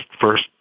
first